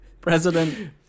president